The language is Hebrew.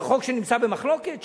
זה חוק שנמצא במחלוקת.